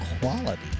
quality